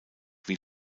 wie